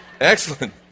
Excellent